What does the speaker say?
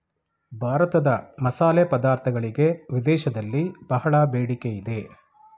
ಭಾರತದ ಮಸಾಲೆ ಪದಾರ್ಥಗಳಿಗೆ ವಿದೇಶದಲ್ಲಿ ಬಹಳ ಬೇಡಿಕೆ ಇದೆ